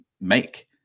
make